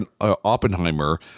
Oppenheimer